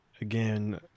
again